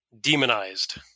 demonized